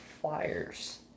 flyers